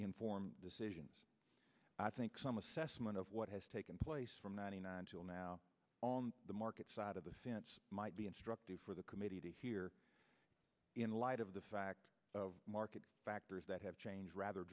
decisions i think some assessment of what has taken place from ninety nine till now on the market side of the fence might be instructive for the committee to hear in light of the fact of market factors that have changed rather